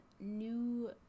new